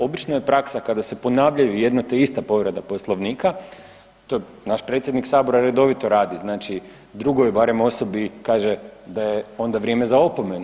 Obično je praksa kada se ponavljaju jedna te ista povreda Poslovnika, to naš predsjednik sabora redovito radi, znači drugoj barem osobi kaže da je onda vrijeme za opomenu.